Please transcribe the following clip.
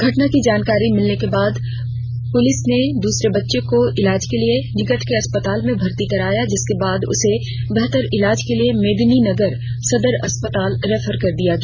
घटना की जानकारी मिलने के बाद पहुंची पुलिस ने दूसरे बच्चे को इलाज के लिए निकट के अस्पताल में भर्ती कराया जिसके बाद उसे बेहतर इलाज के लिए मेदिनीनगर सदर अस्पताल रेफर कर दिया गया